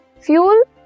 Fuel